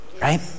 Right